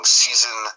season